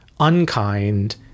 unkind